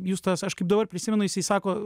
justas aš kaip dabar prisimenu jisai sako